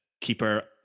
keeper